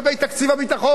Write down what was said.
גם כאן אמרתי: